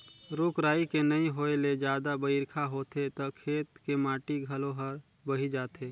रूख राई के नइ होए ले जादा बइरखा होथे त खेत के माटी घलो हर बही जाथे